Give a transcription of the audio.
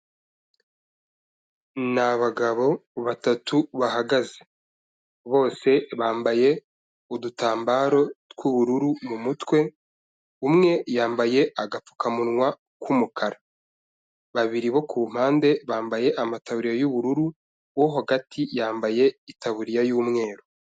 Ni abagabo batatu bahagaze. Bose bambaye udutambaro tw'ubururu mu mutwe, umwe yambaye agapfukamunwa k'umukara. Babiri bo ku mpande bambaye amataburiya y'ubururu, uwo hagati yambaye itaburiya y'umweru.